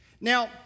now